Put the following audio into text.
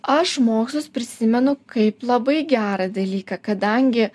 aš mokslus prisimenu kaip labai gerą dalyką kadangi